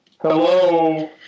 Hello